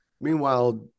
Meanwhile